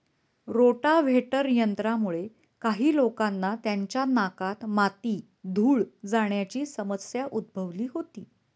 rotavator यंत्रामुळे काही लोकांना त्यांच्या नाकात माती, धूळ जाण्याची समस्या उद्भवली होती